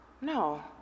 no